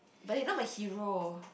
but he not my hero